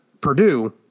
Purdue